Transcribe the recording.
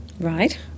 Right